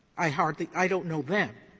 i hardly i don't know them.